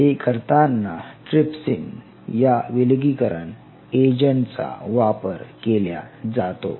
हे करताना ट्रिप्सिन या विलगीकरण एजंट चा वापर केल्या जातो